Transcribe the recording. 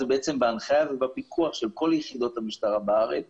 זה בעצם בהנחיה ובפיקוח של כל יחידות המשטרה בארץ